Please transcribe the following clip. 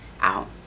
out